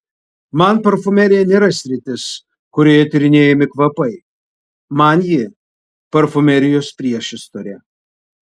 man parfumerija nėra sritis kurioje tyrinėjami kvapai man ji parfumerijos priešistorė